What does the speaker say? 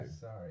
sorry